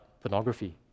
pornography